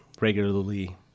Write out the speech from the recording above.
regularly